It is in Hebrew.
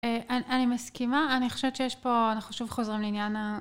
אני מסכימה אני חושבת שיש פה, אנחנו שוב חוזרים לעניין